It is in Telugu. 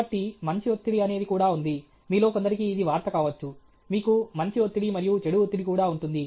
కాబట్టి మంచి ఒత్తిడి అనేది కూడా ఉంది మీలో కొందరికి ఇది వార్త కావచ్చు మీకు మంచి ఒత్తిడి మరియు చెడు ఒత్తిడి కూడా ఉంటుంది